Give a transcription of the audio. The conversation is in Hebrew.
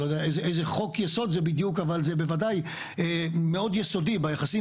אני לא יודע איזה חוק יסוד זה בדיוק אבל זה בוודאי מאוד יסודי ביחסים